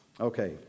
Okay